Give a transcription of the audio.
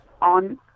on